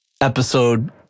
episode